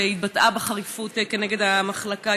שהתבטאה בחריפות כנגד המחלקה.